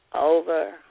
over